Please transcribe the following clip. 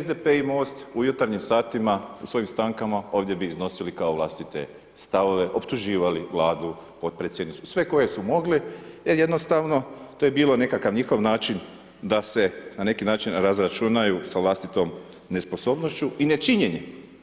SDP i Most u jutarnjim satima, u svojim stankama, ovdje bi iznosili kao vlastite stavove, optuživali vladu, potpredsjednicu, sve koji su mogli, jer jednostavno, to je bio nekakav njihov način, da se na neki način razračunaju sa vlastitom nesposobnošću i nečinjenjem.